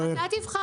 לא, בשיקול דעת.